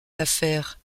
l’affaire